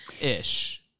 Ish